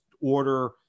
order